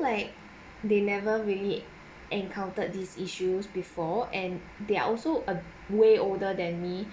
like they never really encountered these issues before and they are also a way older than me